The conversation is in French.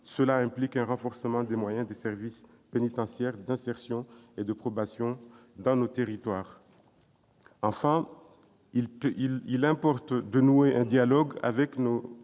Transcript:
Cela implique un renforcement des moyens des services pénitentiaires d'insertion et de probation dans nos territoires. Enfin, il importe de nouer un dialogue avec nos